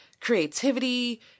creativity